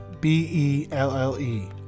b-e-l-l-e